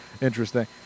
interesting